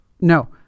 no